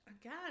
again